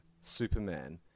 Superman